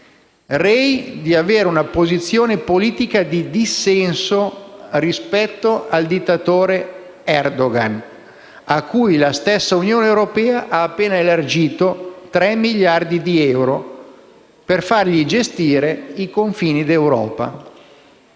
rei di avere una posizione politica di dissenso rispetto al dittatore Erdogan, cui la stessa Unione europea ha appena elargito 3 miliardi di euro per fargli gestire i confini d'Europa.